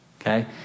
Okay